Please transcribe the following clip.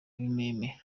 ibimeme